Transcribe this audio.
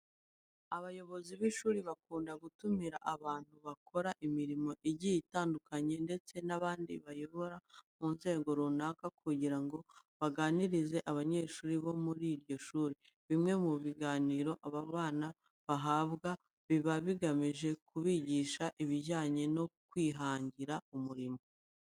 Abayobozi b'ishuri bakunda gutumira abantu bakora imirimo igiye itandukanye ndetse n'abandi bayobora mu nzego runaka kugira ngo baganirize abanyeshuri bo muri iryo shuri. Bimwe mu biganiro aba bana bahabwa biba bigamije kubigisha ibijyanye no kwihangira umurimo.